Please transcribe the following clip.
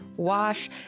wash